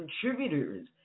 contributors